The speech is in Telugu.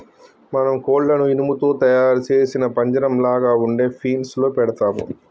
మనం కోళ్లను ఇనుము తో తయారు సేసిన పంజరంలాగ ఉండే ఫీన్స్ లో పెడతాము